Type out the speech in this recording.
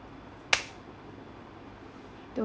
do~